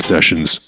sessions